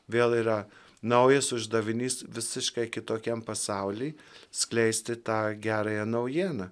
vėl yra naujas uždavinys visiškai kitokiam pasauliui skleisti tą gerąją naujieną